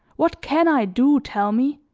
what can i do, tell me?